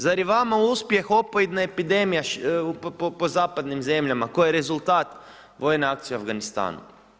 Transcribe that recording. Zar je vama uspjeh opojna epidemija po zapadnim zemljama, koji je rezultat vojne akcije u Afganistanu?